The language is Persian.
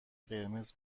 قرمز